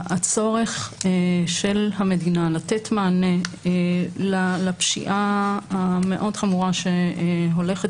הצורך של המדינה לתת מענה לפשיעה המאוד חמורה שהולכת